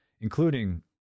including